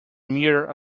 mere